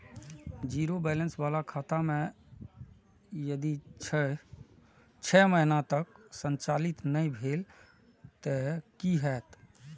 Zero balance बाला खाता में यदि छः महीना तक संचालित नहीं भेल ते कि होयत?